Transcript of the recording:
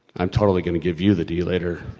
i'm totally gonna give you the d later.